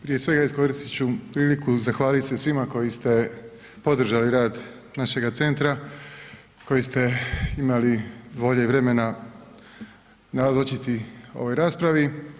Prije svega iskoristiti ću priliku i zahvaliti se svima koji ste podržali rad našega centra, koji ste imali volje i vremena nazočiti ovoj raspravi.